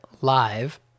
live